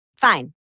fine